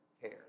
care